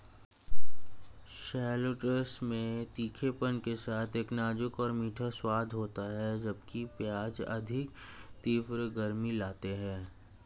shallots में तीखेपन के साथ एक नाजुक और मीठा स्वाद होता है, जबकि प्याज अधिक तीव्र गर्मी लाते हैं